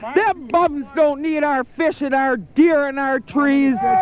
them bums don't need our fish and our deer and our trees!